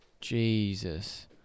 Jesus